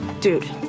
dude